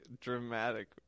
dramatic